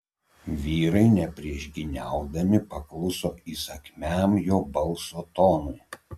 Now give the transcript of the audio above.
vyrai nepriešgyniaudami pakluso įsakmiam jo balso tonui